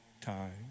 time